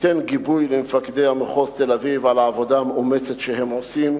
תיתן גיבוי למפקדי מחוז תל-אביב על העבודה המאומצת שהם עושים,